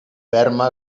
ferma